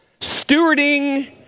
stewarding